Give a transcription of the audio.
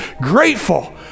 grateful